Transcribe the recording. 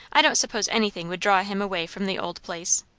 i don't suppose anything would draw him away from the old place.